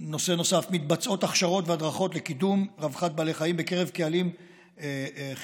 מתבצעות הכשרות והדרכות לקידום רווחת בעלי חיים בקרב קהלים חיצוניים,